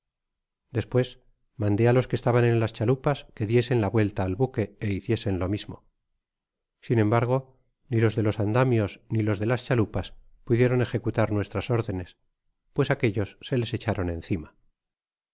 despues mandé á los que estaban en las chalupas que diesen la vuelta al buque é hiciesen lo mismo sin embargo ni los de los andamios ni los de las chalupas pudieron ejecutar nuestras órdenes pues aquellos se les echaron encima